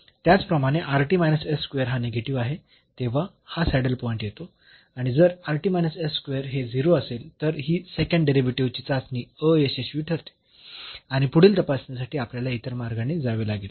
त्याचप्रमाणे हा निगेटिव्ह आहे तेव्हा हा सॅडल पॉईंट येतो आणि जर हे 0 असेल तर ही सेकंड डेरिव्हेटिव्हची चाचणी अयशस्वी ठरते आणि पुढील तपासणीसाठी आपल्याला इतर मार्गाने जावे लागेल